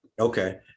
Okay